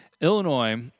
Illinois